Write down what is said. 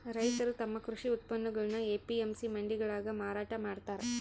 ರೈತರು ತಮ್ಮ ಕೃಷಿ ಉತ್ಪನ್ನಗುಳ್ನ ಎ.ಪಿ.ಎಂ.ಸಿ ಮಂಡಿಗಳಾಗ ಮಾರಾಟ ಮಾಡ್ತಾರ